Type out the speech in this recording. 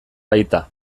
baita